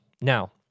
Now